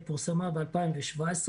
היא פורסמה ב-2017.